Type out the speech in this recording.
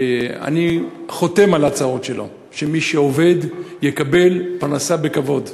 אני חותם על ההצעות שלו שמי שעובד יקבל פרנסה בכבוד,